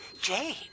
Jane